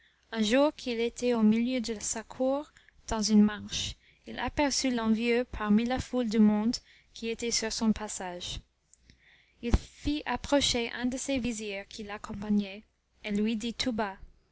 un jour qu'il était au milieu de sa cour dans une marche il aperçut l'envieux parmi la foule du monde qui était sur son passage il fit approcher un des vizirs qui l'accompagnaient et lui dit tout bas